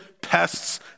pests